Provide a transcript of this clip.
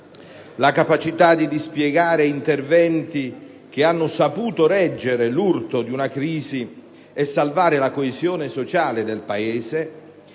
la capacità di dispiegare interventi che hanno saputo reggere l'urto di una crisi e salvare la coesione sociale del Paese,